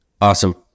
Awesome